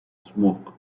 smoke